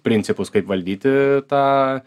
principus kaip valdyti tą